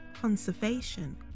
conservation